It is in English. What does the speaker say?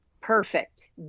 Perfect